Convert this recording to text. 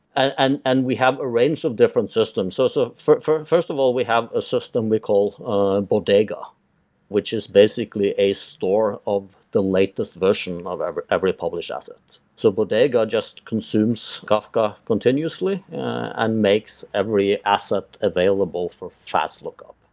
and and we have a range of different systems. so so first of all, we have a system we call bodega which is basically a store of the latest version of every every published assets so bodega just consumes kafka continuously and makes every asset available for fast look up